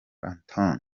anthony